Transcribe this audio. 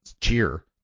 cheer